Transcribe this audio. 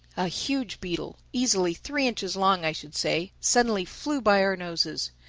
a huge beetle, easily three inches long i should say, suddenly flew by our noses.